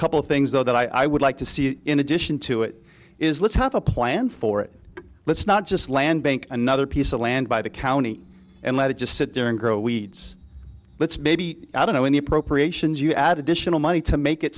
couple things though that i would like to see in addition to it is let's have a plan for it let's not just land bank another piece of land by the county and let it just sit there and grow weeds let's maybe i don't know in the appropriations you add additional money to make it